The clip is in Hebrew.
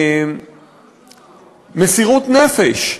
במסירות נפש,